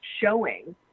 showing